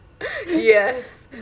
Yes